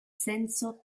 senso